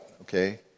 okay